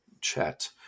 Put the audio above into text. chat